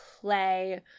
play